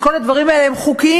וכל הדברים האלה הם חוקיים,